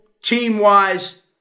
Team-wise